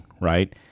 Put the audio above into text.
right